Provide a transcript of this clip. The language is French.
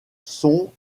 sont